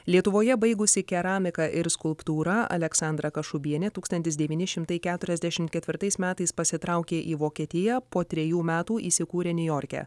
lietuvoje baigusi keramiką ir skulptūrą aleksandra kašubienė tūkstantis devyni šimtai keturiasdešimt ketvirtais metais pasitraukė į vokietiją po trejų metų įsikūrė niujorke